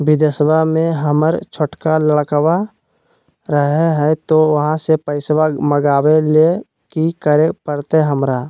बिदेशवा में हमर छोटका लडकवा रहे हय तो वहाँ से पैसा मगाबे ले कि करे परते हमरा?